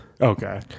okay